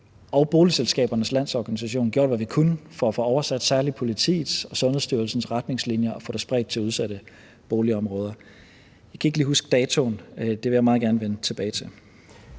Boligselskabernes Landsforening, gjort, hvad vi kunne, for at få oversat særlig politiets og Sundhedsstyrelsens retningslinjer og få det spredt til de udsatte boligområder. Jeg kan ikke lige huske datoen; det vil jeg meget gerne vende tilbage til.